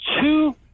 two